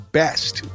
best